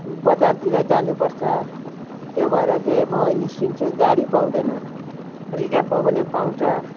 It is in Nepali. बजारतिर जानु पर्छ त्यो भएर चाहिँ म निस्किन्छु गाडी पाउँदैन रिजर्भ हो भने पाउँछ